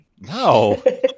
no